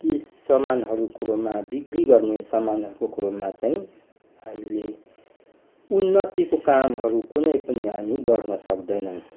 ती सामानहरू कुरोमा बिक्री गर्ने सामानहरूको कुरोमा चाहिँ हामीले उन्नतिको कामहरू कुनै पनि हामी गर्न सक्दैनौँ